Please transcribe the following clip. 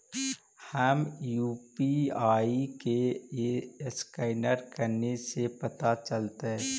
हमर यु.पी.आई के असकैनर कने से पता चलतै?